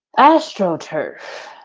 astroturf.